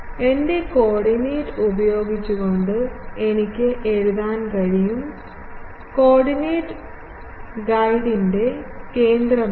എന്റെ കോർഡിനേറ്റ് ഉപയോഗിച്ചുകൊണ്ട് എനിക്ക് എഴുതാൻ കഴിയും കോർഡിനേറ്റ് ഗൈഡിന്റെ കേന്ദ്രമാണ്